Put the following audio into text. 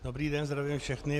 Dobrý den, zdravím všechny.